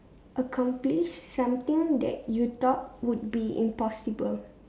accomplish something that you thought would be impossible